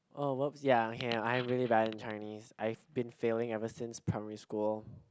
oh whoops ya okay I'm really bad in Chinese I've been failing ever since primary school